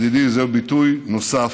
ידידי, זה ביטוי נוסף,